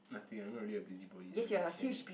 nothing I'm not really a busybody I don't really care